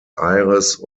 aires